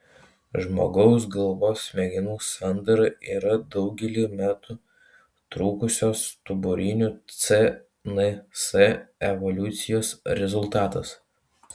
žmogaus galvos smegenų sandara yra daugelį metų trukusios stuburinių cns evoliucijos rezultatas